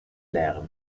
lärm